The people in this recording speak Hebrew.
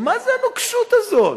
מה זו הנוקשות הזאת?